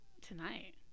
Tonight